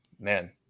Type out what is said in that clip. Man